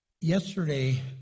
yesterday